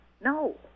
No